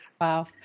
Wow